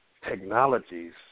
technologies